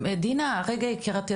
דינה, רגע יקירתי.